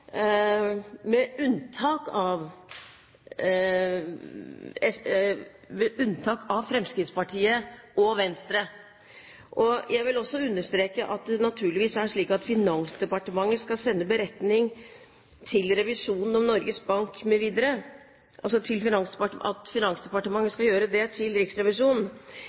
med unntak av Fremskrittspartiet og Venstre. Jeg vil også understreke at det naturligvis er slik at Finansdepartementet skal sende beretning om Norges Bank til Riksrevisjonen, men Norges Banks representantskap har altså